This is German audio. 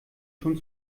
schon